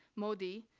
modi,